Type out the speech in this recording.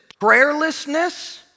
prayerlessness